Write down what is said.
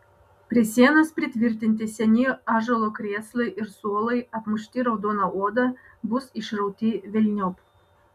prie sienos pritvirtinti seni ąžuolo krėslai ir suolai apmušti raudona oda bus išrauti velniop